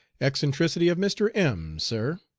eccentricity of mr. m, sir,